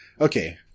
Okay